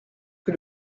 que